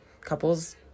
couples